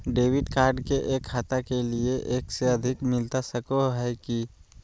Debit card एक खाता के लिए एक से अधिक मिलता सको है की?